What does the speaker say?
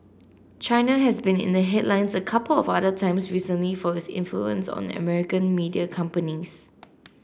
China has been in the headlines a couple of other times recently for its influence on American media companies